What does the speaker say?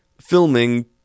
filming